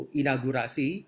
inaugurasi